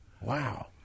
Wow